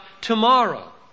tomorrow